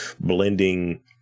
blending